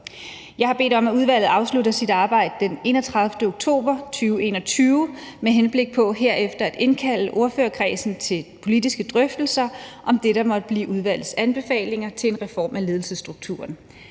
Jeg har bedt om, at udvalget afslutter sit arbejde den 31. oktober 2021 med henblik på herefter at indkalde ordførerkredsen til politiske drøftelser om det, der måtte blive udvalgets anbefalinger til en reform af ledelsesstrukturen.